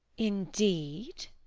indeed?